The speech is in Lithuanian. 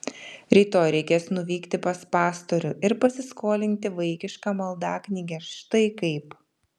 rytoj reikės nuvykti pas pastorių ir pasiskolinti vaikišką maldaknygę štai kaip